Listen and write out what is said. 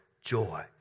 joy